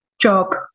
job